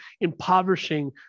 impoverishing